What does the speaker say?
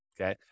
okay